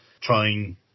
trying